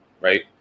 right